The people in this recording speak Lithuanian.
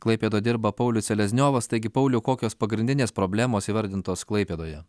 klaipėdoj dirba paulius selezniovas taigi pauliau kokios pagrindinės problemos įvardintos klaipėdoje